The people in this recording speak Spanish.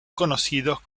conocidos